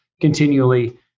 continually